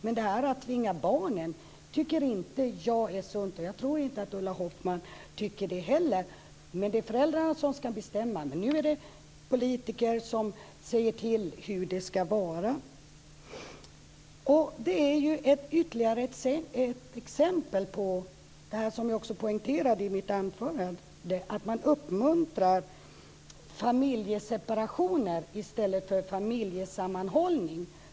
Men att tvinga barnen tycker inte jag är sunt, och jag tror inte att Ulla Hoffmann tycker det heller. Det är föräldrarna som ska bestämma. Nu är det politiker som säger hur det ska vara. Det är ju ytterligare ett exempel på det som jag poängterade i mitt anförande, att man uppmuntrar familjeseparationer i stället för familjesammanhållning.